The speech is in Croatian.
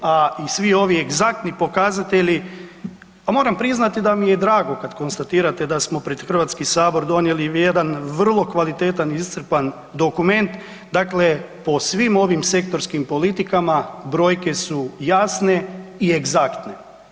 A i svi ovi egzaktni pokazatelji, a moram priznati da mi je drago kad konstatirate da smo pred HS donijeli jedan vrlo kvalitetan i iscrpan dokument, dakle po svim ovim sektorskim politikama brojke su jasne i egzaktne.